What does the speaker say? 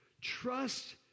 trust